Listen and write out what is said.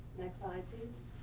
next slide, please.